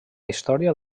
història